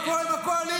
מה קורה עם הקואליציה?